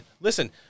Listen